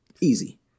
easy